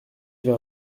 vers